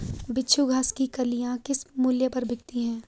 बिच्छू घास की कलियां किस मूल्य पर बिकती हैं?